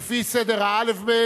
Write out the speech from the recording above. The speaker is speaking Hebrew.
לפי סדר האל"ף-בי"ת: